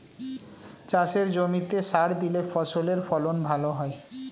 চাষের জমিতে সার দিলে ফসলের ফলন ভালো হয়